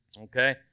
Okay